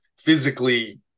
physically